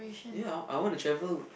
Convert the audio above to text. ya I wanna travel